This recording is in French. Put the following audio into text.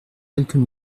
quelques